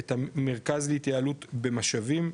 את המרכז להתייעלות במשאבים,